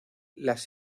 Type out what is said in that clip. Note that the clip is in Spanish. las